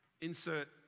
Insert